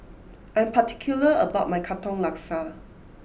I'm particular about my Katong Laksa